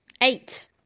Eight